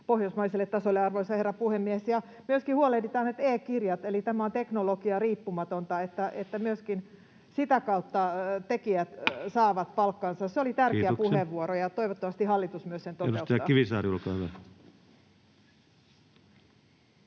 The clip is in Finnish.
pohjoismaiselle tasolle ja, arvoisa herra puhemies, myöskin huolehditaan e-kirjat eli siitä, että tämä on teknologiariippumatonta, niin että myöskin sitä kautta tekijät saavat palkkansa. Se oli tärkeä puheenvuoro, ja toivottavasti hallitus sen myös toteuttaa.